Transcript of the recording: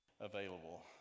available